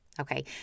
Okay